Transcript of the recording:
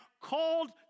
called